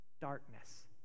darkness